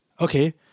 Okay